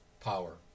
power